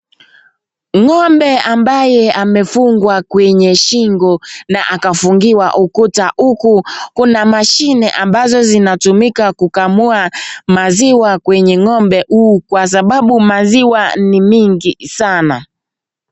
Ng'ombe ambaye amefungwa kwenye shingo na akafungiwa ukuta huku kuna mashine ambazo zinatumika kukamua maziwa kwenye ng'ombe huu kwa sababu maziwa ni mingi sana.